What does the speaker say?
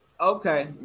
Okay